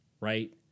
right